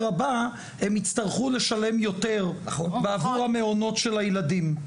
הבא הם יצטרכו לשם יותר בעבור המעונות של הילדים.